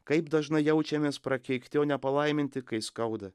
kaip dažnai jaučiamės prakeikti o nepalaiminti kai skauda